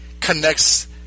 connects